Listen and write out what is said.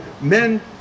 men